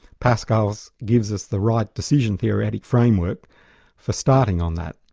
pascal's gives us the right decision theoretic framework for starting on that.